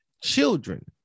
children